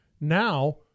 Now